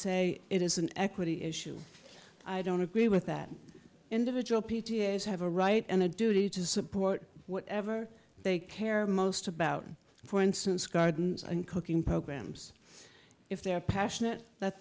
say it is an equity issue i don't agree with that individual p t a s have a right and a duty to support whatever they care most about for instance gardens and cooking programs if they are passionate